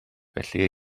felly